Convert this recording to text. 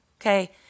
Okay